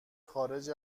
خارج